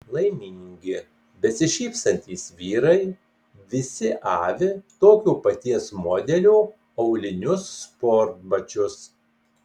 laimingi besišypsantys vyrai visi avi tokio paties modelio aulinius sportbačius